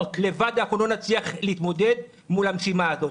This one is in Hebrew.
לבד אנחנו לא נצליח להתמודד מול המשימה הזו.